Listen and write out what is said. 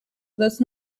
that’s